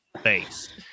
face